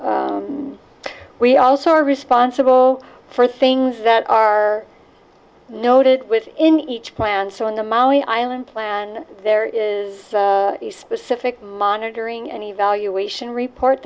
we also are responsible for things that are noted with in each plan so in the maui island plan there is a specific monitoring and evaluation report